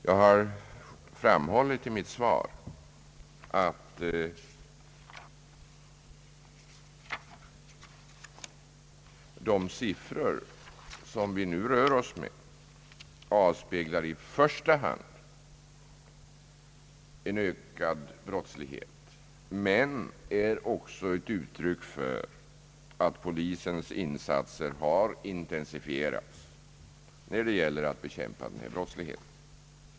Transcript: Jag har i mitt svar framhållit, att de siffror som vi nu rör oss med i första hand avspeglar en ökad brottslighet, men att de också är ett uttryck för att polisens insatser har intensifierats när det gäller att bekämpa brottsligheten.